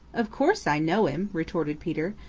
of course i know him, retorted peter.